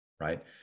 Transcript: Right